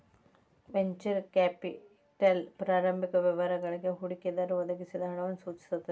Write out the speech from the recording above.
venture capital ಪ್ರಾರಂಭಿಕ ವ್ಯವಹಾರಗಳಿಗಿ ಹೂಡಿಕೆದಾರರು ಒದಗಿಸಿದ ಹಣವನ್ನ ಸೂಚಿಸ್ತದ